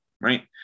right